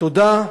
תודה.